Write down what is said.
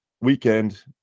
weekend